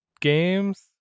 games